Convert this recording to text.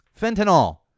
Fentanyl